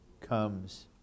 comes